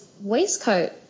waistcoat